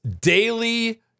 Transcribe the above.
daily